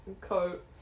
coat